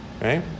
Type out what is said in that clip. right